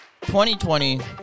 2020